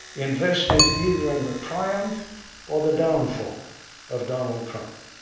invested either in the triumph or the downfall of donald trump.